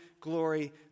glory